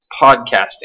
podcasting